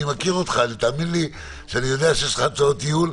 אני מכיר אותך, אני יודע שיש לך הצעות ייעול.